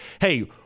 Hey